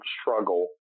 struggle